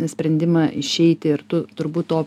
sprendimą išeiti ir tu turbūt to